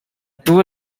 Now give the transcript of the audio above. two